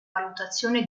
valutazione